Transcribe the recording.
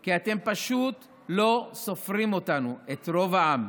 כי אתם פשוט לא סופרים אותנו, את רוב העם.